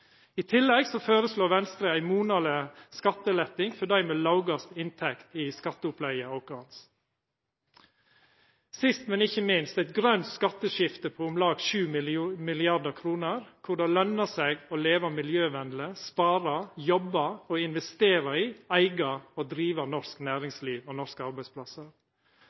I tillegg føreslår Venstre eit monaleg skattelette for dei med lågast inntekt i skatteopplegget vårt. Sist, men ikkje minst, vil me ha eit grønt skatteskifte på om lag 7 mrd. kr, kor det løner seg å leva miljøvenleg, spara, jobba og investera i, eiga og driva norsk næringsliv og norske arbeidsplassar.